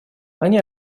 они